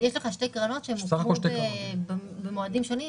יש שתי קרנות שהוקמו במועדים שונים.